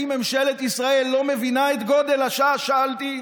האם ממשלת ישראל לא מבינה את גודל השעה, שאלתי,